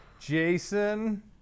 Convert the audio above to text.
Jason